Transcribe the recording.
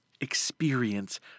experience